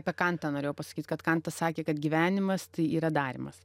apie kantą norėjau pasakyt kad kantas sakė kad gyvenimas tai yra darymas